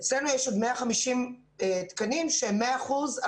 אצלנו יש עוד 150 תקנים שהם 100 אחוזים